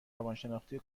روانشناختی